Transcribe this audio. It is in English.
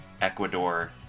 Ecuador